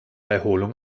erholung